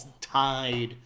tied